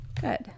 Good